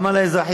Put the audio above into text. גם על האזרחי,